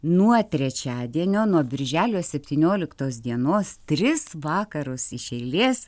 nuo trečiadienio nuo birželio septynioliktos dienos tris vakarus iš eilės